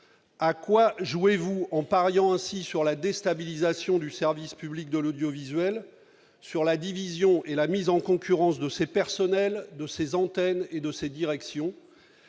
À quoi jouez-vous en pariant ainsi sur la déstabilisation du service public de l'audiovisuel, sur la division et la mise en concurrence de ses personnels, de ses antennes et de ses directions ?